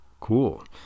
Cool